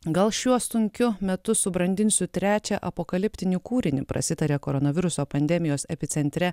gal šiuo sunkiu metu subrandinsiu trečią apokaliptinį kūrinį prasitaria koronaviruso pandemijos epicentre